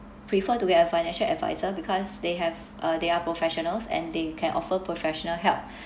prefer to get a financial adviser because they have uh they are professionals and they can offer professional help